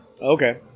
Okay